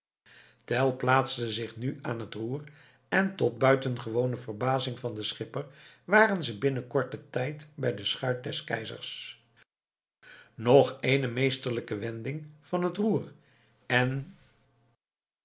tell plaatste zich nu aan het roer en tot buitengewone verbazing van den schipper waren ze binnen korten tijd bij de schuit des keizers nog ééne meesterlijke wending van het roer en